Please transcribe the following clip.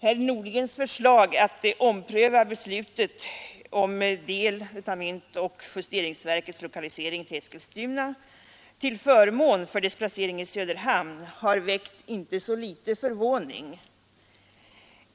Herr Nordgrens förslag, att beslutet om lokalisering av del av myntoch justeringsverket till Eskilstuna skall omprövas till förmån för dess placering i Söderhamn, har väckt inte så liten förvåning.